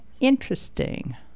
Interesting